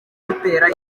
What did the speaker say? rutera